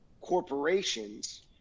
corporations